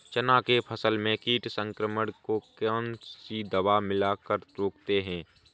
चना के फसल में कीट संक्रमण को कौन सी दवा मिला कर रोकते हैं?